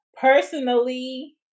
personally